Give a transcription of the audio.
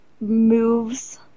moves